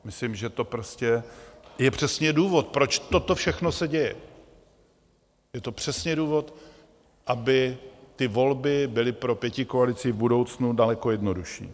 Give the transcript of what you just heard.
Myslím, že to je přesně důvod, proč toto všechno se děje, je to přesně důvod, aby volby byly pro pětikoalici v budoucnu daleko jednodušší.